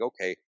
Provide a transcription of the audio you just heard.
okay